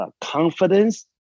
confidence